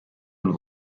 und